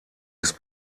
ist